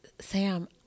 Sam